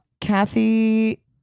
Kathy